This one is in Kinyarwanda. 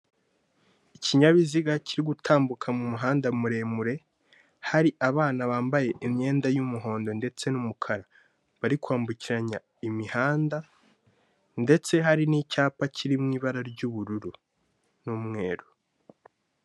Ikinyabiziga kiri gutambuka mu muhanda muremure, hari abana bambaye imyenda y'umuhondo ndetse n'umukara, bari kwambukiranya imihanda ndetse hari n'icyapa kiri mu ibara ry'ubururu n'umweru.